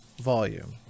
volume